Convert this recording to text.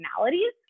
personalities